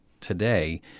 today